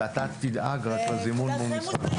ואתה תדאג רק לזימון מול משרד החקלאות.